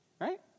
Right